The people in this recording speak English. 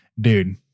dude